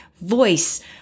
voice